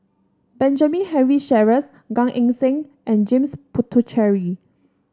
Benjamin Henry Sheares Gan Eng Seng and James Puthucheary